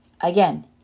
Again